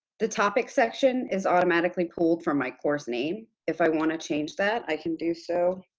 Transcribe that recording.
the topics section is automatically pulled from my course name, if i want to change that, i can do so